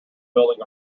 building